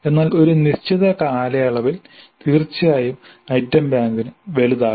എന്നാൽ ഒരു നിശ്ചിത കാലയളവിൽ തീർച്ചയായും ഐറ്റം ബാങ്കിന് വലുതാകും